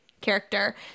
character